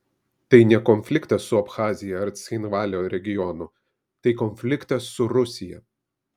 tai ne konfliktas su abchazija ir cchinvalio regionu tai konfliktas su rusija